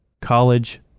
college